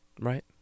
Right